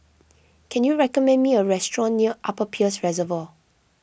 can you recommend me a restaurant near Upper Peirce Reservoir